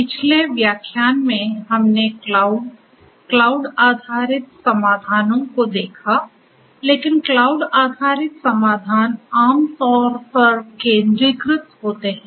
पिछले व्याख्यान में हमने क्लाउड क्लाउड आधारित समाधानों को देखा लेकिन क्लाउड आधारित समाधान आमतौर पर केंद्रीकृत होते हैं